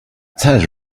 that